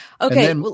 okay